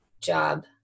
job